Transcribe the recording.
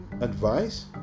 advice